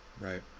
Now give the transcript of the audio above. Right